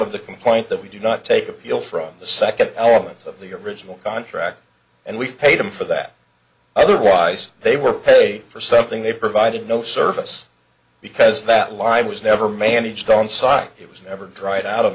of the complaint that we do not take appeal from the second elements of the original contract and we've paid them for that otherwise they were paid for something they provided no service because that lie was never managed on site it was never dried out o